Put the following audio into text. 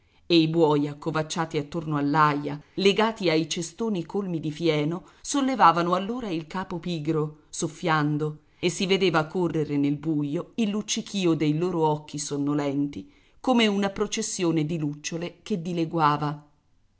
e i buoi accovacciati attorno all'aia legati ai cestoni colmi di fieno sollevavano allora il capo pigro soffiando e si vedeva correre nel buio il luccichìo dei loro occhi sonnolenti come una processione di lucciole che dileguava